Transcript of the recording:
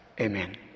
Amen